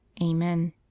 Amen